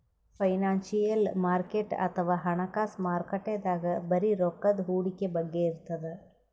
financial market ಅಥವಾ ಹಣಕಾಸ್ ಮಾರುಕಟ್ಟೆದಾಗ್ ಬರೀ ರೊಕ್ಕದ್ ಹೂಡಿಕೆ ಬಗ್ಗೆ ಇರ್ತದ್